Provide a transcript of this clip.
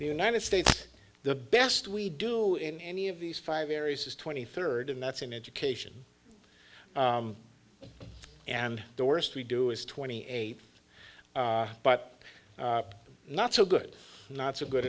the united states the best we do in any of these five areas is twenty third and that's in education and the worst we do is twenty eight but not so good not so good